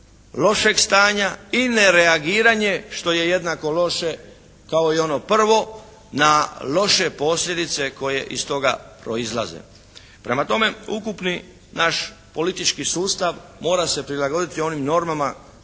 lošeg stanja i nereagiranje, što je jednako loše kao i ono prvo, na loše posljedice koje iz toga proizlaze. Prema tome ukupni naš politički sustav mora se prilagoditi onim normama